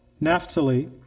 Naphtali